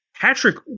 Patrick